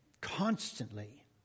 constantly